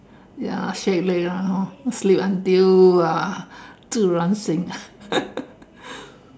ya shake leg lah hor sleep until uh 自然醒